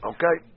Okay